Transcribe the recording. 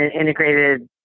integrated